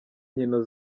nkino